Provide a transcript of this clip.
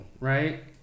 right